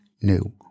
new